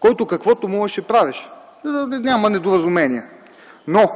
който каквото можеше – правеше, за да няма недоразумения. Но